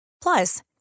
Plus